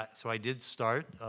so i did start.